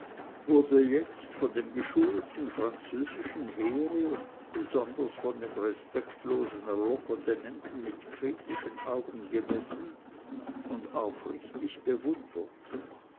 wurde jetzt von dem geschulten französischen heere und besonders von dem respektlosen locotenenten mit kritischen augen gemessen und aufrichtig bewundert